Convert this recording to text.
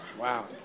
Wow